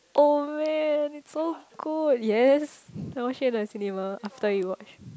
oh man so good yes I watch it in the cinema after you watch